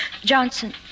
Johnson